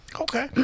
Okay